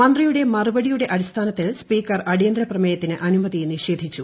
മന്ത്രിയുടെ മറുപടിയുടെ അടിസ്ഥാനത്തിൽ സ്പീക്കർ അടിയന്തര പ്രമേയത്തിന് അനുമതി നിഷേധിച്ചു